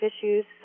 issues